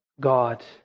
God